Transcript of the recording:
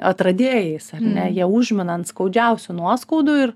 atradėjais ar ne jie užmina ant skaudžiausių nuoskaudų ir